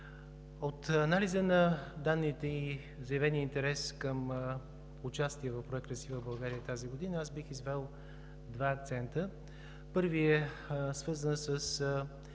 от анализа на данните и заявения интерес към участие в Проект „Красива България“ тази година бих извел два акцента. Първият е свързан с